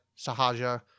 Sahaja